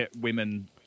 women